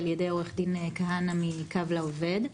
על ידי עו"ד כהנא מ"קו לעובד".